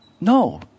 No